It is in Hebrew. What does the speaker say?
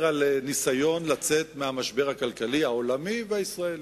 על ניסיון לצאת מהמשבר הכלכלי העולמי והישראלי,